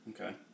Okay